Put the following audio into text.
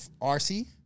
RC